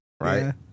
Right